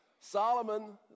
Solomon